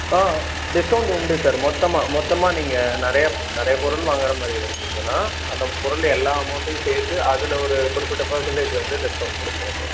ஆ discount உண்டு sir மொத்தமாக மொத்தமாக நீங்கள் நிறைய நிறைய பொருள் வாங்கற மாதிரி இருந்துதுன்னா அந்த பொருள் எல்லா அமௌண்ட்டையும் சேர்த்து அதில் ஒரு குறிப்பிட்ட பர்சண்டேஜ் வந்து டிஸ்கவுண்ட் கொடுப்போம் சார்